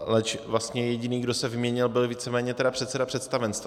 Leč vlastně jediný, kdo se vyměnil, byl víceméně tedy předseda představenstva.